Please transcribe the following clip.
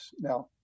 Now